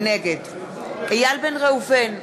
נגד איל בן ראובן,